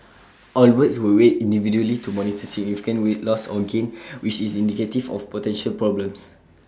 all birds were weighed individually to monitor significant weight loss or gain which is indicative of potential health problems